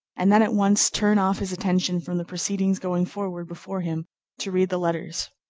and then at once turn off his attention from the proceedings going forward before him to read the letters.